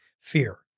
fear